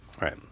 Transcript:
right